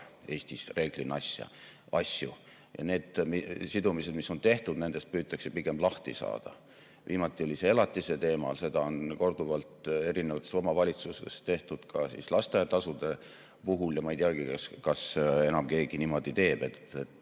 Eestis reeglina asju ei seota ja nendest sidumistest, mis on tehtud, püütakse pigem lahti saada. Viimati oli nii elatise teemal, seda on korduvalt erinevates omavalitsustes tehtud ka lasteaiatasude puhul. Ma ei teagi, kas enam keegi niimoodi teeb, et